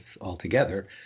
altogether